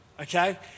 okay